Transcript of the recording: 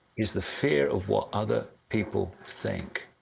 is the fear of what other people think.